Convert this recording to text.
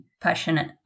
passionate